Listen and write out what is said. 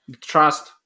trust